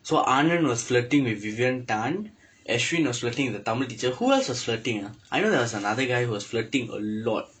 so anand was flirting with vivian tan ashwin was flirting with the tamil teacher who else was flirting ah I know there was another guy who was flirting a lot